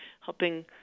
helping